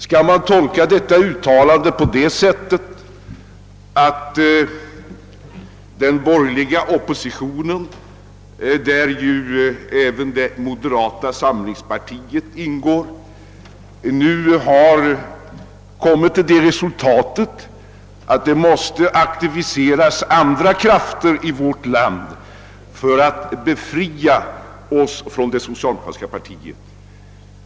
Skall man tolka detta uttalande på det sättet att den borgerliga oppositionen, där ju även det moderata samlingspartiet ingår, nu har kommit till det resultatet, att andra krafter i vårt land måste aktiveras för att befria oss från det socialdemokratiska partiet?